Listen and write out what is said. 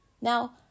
Now